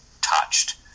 touched